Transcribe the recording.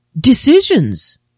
decisions